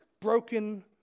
broken